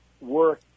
work